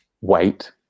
wait